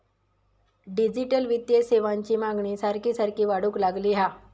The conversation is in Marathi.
डिजिटल वित्तीय सेवांची मागणी सारखी सारखी वाढूक लागली हा